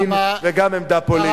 מין וגם עמדה פוליטית.